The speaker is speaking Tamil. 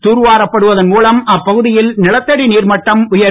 தூர்வாரப்படுவதன் மூலம் அப்பகுதியில் நிலத்தடி நீர்மட்டம் உயரும்